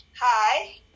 hi